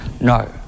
No